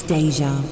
Deja